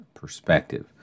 perspective